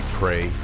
pray